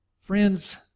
Friends